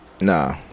Nah